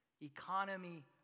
economy